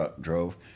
drove